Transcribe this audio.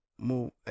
move